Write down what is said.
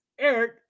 eric